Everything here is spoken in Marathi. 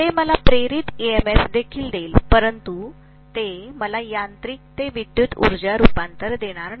ते मला प्रेरित EMF देखील देईल परंतु ते मला यांत्रिक ते विद्युत ऊर्जा रूपांतरण देणार नाही